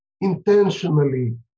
intentionally